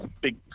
big